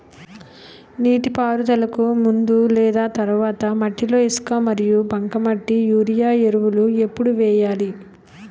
నీటిపారుదలకి ముందు లేదా తర్వాత మట్టిలో ఇసుక మరియు బంకమట్టి యూరియా ఎరువులు ఎప్పుడు వేయాలి?